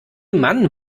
mann